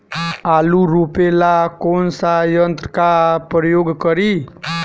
आलू रोपे ला कौन सा यंत्र का प्रयोग करी?